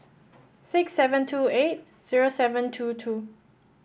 six seven two eight zero seven two two